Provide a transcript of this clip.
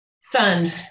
son